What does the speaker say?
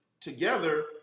together